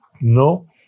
No